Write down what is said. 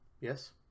yes